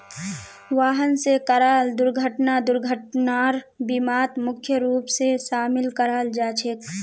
वाहन स कराल दुर्घटना दुर्घटनार बीमात मुख्य रूप स शामिल कराल जा छेक